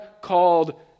called